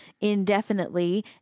indefinitely